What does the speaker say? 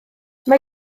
mae